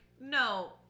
no